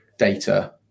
data